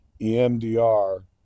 emdr